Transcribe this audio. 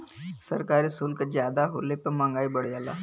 सरकारी सुल्क जादा होले पे मंहगाई बढ़ जाला